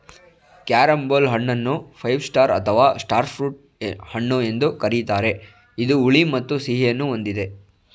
carambola ಹಣ್ಣನ್ನು five star ಅಥವಾ star fruit ಹಣ್ಣು ಎಂದು ಕರಿತಾರೆ ಇದು ಹುಳಿ ಮತ್ತು ಸಿಹಿಯನ್ನು ಹೊಂದಿದೆ